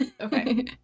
Okay